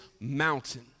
mountain